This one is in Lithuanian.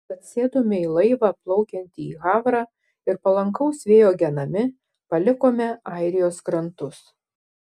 tad sėdome į laivą plaukiantį į havrą ir palankaus vėjo genami palikome airijos krantus